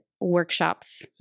workshops